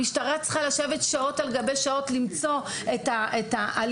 המשטרה צריכה לשבת שעות על גבי שעות ולמצוא את האלימות,